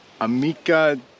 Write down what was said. amica